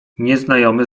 nieznajomy